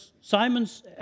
Simon's